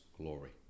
glory